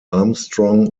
armstrong